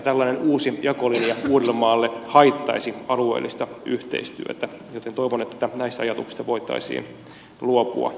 tällainen uusi jakolinja uudellemaalle haittaisi alueellista yhteistyötä joten toivon että näistä ajatuksista voitaisiin luopua